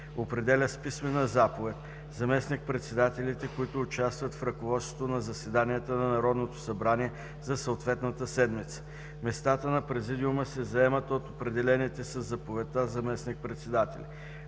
определя с писмена заповед заместник-председателите, които участват в ръководството на заседанията на Народното събрание за съответната седмица. Местата на президиума се заемат от определените със заповедта заместник-председатели.